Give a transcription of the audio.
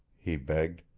he begged.